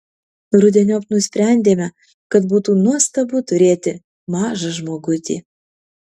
rudeniop nusprendėme kad būtų nuostabu turėti mažą žmogutį